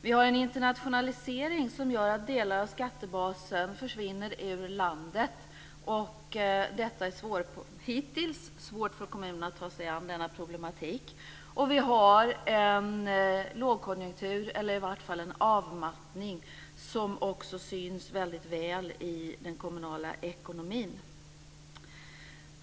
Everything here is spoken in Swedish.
Vi har en internationalisering som gör att delar av skattebasen försvinner ur landet, och hittills har det varit svårt för kommunerna att ta sig an denna problematik. Vi har också en lågkonjunktur, eller i vart fall en avmattning, som också syns väldigt väl i den kommunala ekonomin.